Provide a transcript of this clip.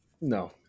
No